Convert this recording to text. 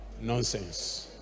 Nonsense